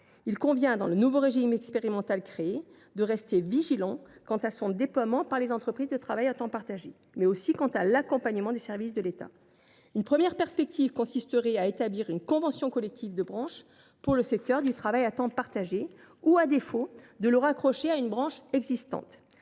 Il convient, dans le nouveau régime expérimental créé, de rester vigilant, tant sur son déploiement par les ETTP que sur l’accompagnement des services de l’État. Une première perspective consisterait à établir une convention collective de branche pour le secteur du travail à temps partagé ou, à défaut, à le raccrocher à une branche existante.